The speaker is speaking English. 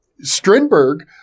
Strindberg